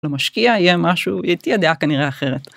למשקיע יהיה משהו, תהיה דעה כנראה אחרת.